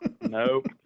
Nope